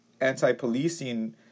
anti-policing